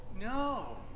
No